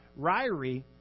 Ryrie